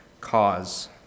cause